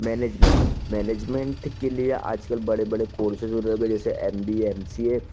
management management के लिए आज कल बड़े बड़े कोर्सेस होने लगे हैं जैसे M B A M C A